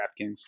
DraftKings